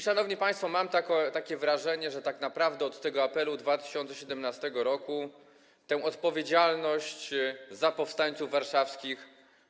Szanowni państwo, mam takie wrażenie, że tak naprawdę od tego apelu z 2017 r. odpowiedzialność za powstańców warszawskich